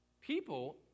people